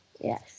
Yes